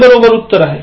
हे बरोबर उत्तर आहे